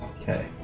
Okay